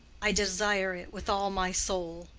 i desire it with all my soul.